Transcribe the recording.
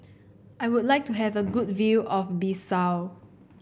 I would like to have a good view of Bissau